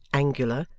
angular,